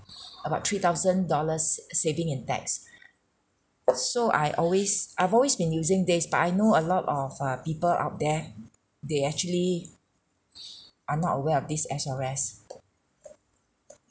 about three thousand dollars saving in tax so I always I've always been using this but I know a lot of uh people out there they actually are not aware of this as S_R_S